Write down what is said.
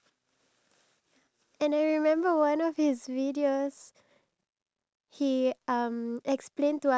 that he's able to get that information and put it in a video which is only one minute long